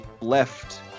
left